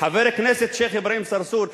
חבר כנסת שיח' אברהים צרצור,